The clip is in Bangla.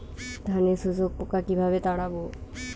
ধানে শোষক পোকা কিভাবে তাড়াব?